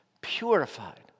purified